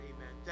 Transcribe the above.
Amen